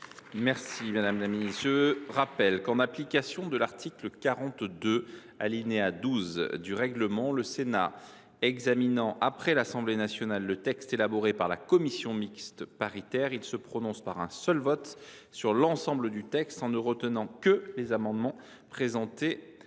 mixte paritaire. Je rappelle que, en application de l’article 42, alinéa 12, du règlement, le Sénat examinant après l’Assemblée nationale le texte élaboré par la commission mixte paritaire, il se prononce par un seul vote sur l’ensemble du texte, en ne retenant que les amendements présentés